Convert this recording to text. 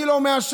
אני לא מעשן.